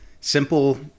Simple